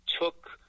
took